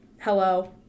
Hello